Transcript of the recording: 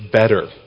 better